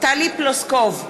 טלי פלוסקוב,